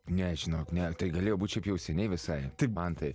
ne žinok ne tai galėjo būt šiaip jau seniai visai tai mantai